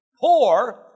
Poor